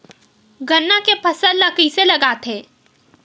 गन्ना के फसल ल कइसे लगाथे?